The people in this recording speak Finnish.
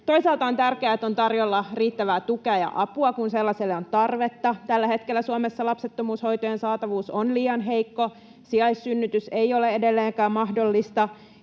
Toisaalta on tärkeää, että on tarjolla riittävää tukea ja apua, kun sellaiselle on tarvetta. Tällä hetkellä Suomessa lapsettomuushoitojen saatavuus on liian heikko, sijaissynnytys ei ole edelleenkään mahdollinen,